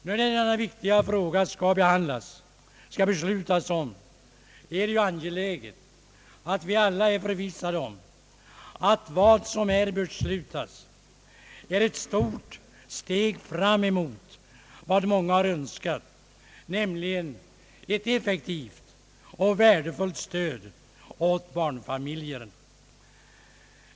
När beslut skall fattas i denna viktiga fråga är det angeläget att vi alla är förvissade om att detta beslut innebär ett stort steg fram emot vad många har önskat, nämligen ett effektivt och värdefullt stöd åt barnfamiljer.